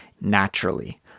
naturally